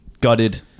gutted